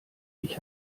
ich